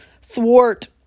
thwart